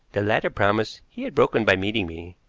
the latter promise he had broken by meeting me.